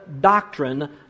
doctrine